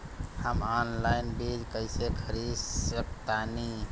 हम ऑनलाइन बीज कईसे खरीद सकतानी?